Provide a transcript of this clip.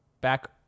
Back